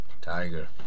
Tiger